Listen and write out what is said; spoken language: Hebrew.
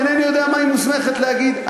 אינני יודע מה היא מוסמכת להגיד.